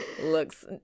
Looks